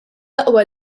aqwa